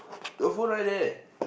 your phone right there